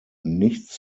nichts